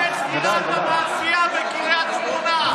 חשוב שתמנע את סגירת המאפייה בקריית שמונה.